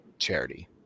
charity